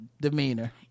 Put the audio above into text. demeanor